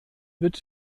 wird